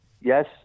Yes